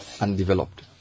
undeveloped